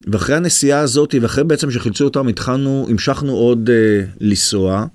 ואחרי הנסיעה הזאת ואחרי שחילצו אותה התחלנו, המשכנו עוד לנסוע.